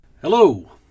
Hello